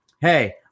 hey